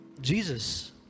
Jesus